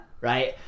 Right